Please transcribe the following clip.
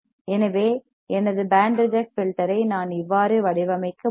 எனவே எனது band reject filter ஐ நான் இவ்வாறு வடிவமைக்க முடியும்